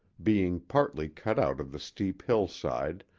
being partly cut out of the steep hillside,